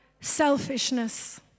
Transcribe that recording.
selfishness